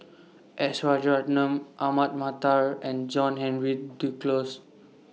S Rajaratnam Ahmad Mattar and John Henry Duclos